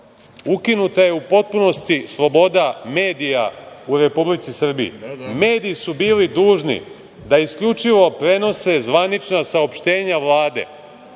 Ukinuta je u potpunosti sloboda medija u Republici Srbiji. Mediji su bili dužni da isključivo prenose zvanična saopštenja